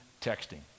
texting